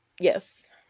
yes